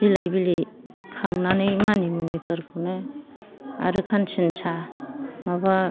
बिलाइ बिलि खांनानै मानिमुनि फोरखौनो आरो खानसिनसा माबा